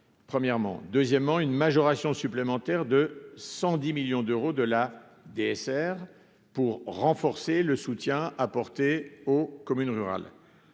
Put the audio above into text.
premièrement, deuxièmement une majoration supplémentaire de 110 millions d'euros de la DSR pour renforcer le soutien apporté aux communes rurales,